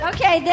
Okay